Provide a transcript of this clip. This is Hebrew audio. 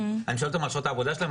אני שואל אותם על שעות העבודה שלהם,